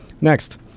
Next